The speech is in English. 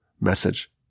message